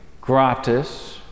gratis